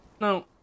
No